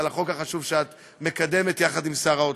בשל החוק החשוב שאת מקדמת יחד עם שר האוצר.